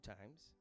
times